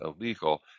illegal